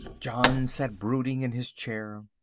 john sat brooding in his chair.